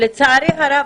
לצערי הרב,